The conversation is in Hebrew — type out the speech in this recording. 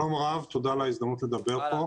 שלום רב, תודה על ההזדמנות לדבר כאן.